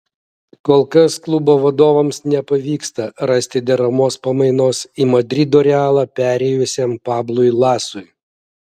kol kas klubo vadovams nepavyksta rasti deramos pamainos į madrido realą perėjusiam pablui lasui